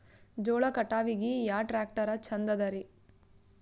ಜೋಳ ಕಟಾವಿಗಿ ಯಾ ಟ್ಯ್ರಾಕ್ಟರ ಛಂದದರಿ?